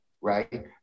right